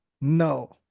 No